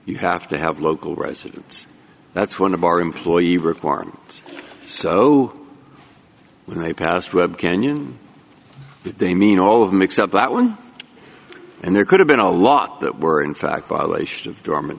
you have to have local residents that's one of our employee requirements so when they passed web kenyon they mean all of them except that one and there could have been a lot that were in fact violation of dormant